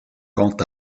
quant